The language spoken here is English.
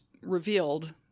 revealed